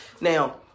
Now